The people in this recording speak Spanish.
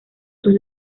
sus